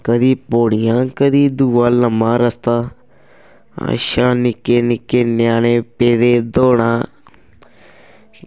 कदें पौड़ियां कदें दूआ लम्मां रस्ता अच्छा निक्के निक्के ञ्यानें पेदे दौड़ा